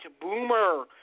Boomer